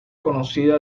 conocida